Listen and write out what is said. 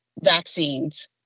vaccines